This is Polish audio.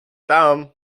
tam